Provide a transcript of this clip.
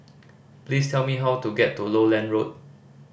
please tell me how to get to Lowland Road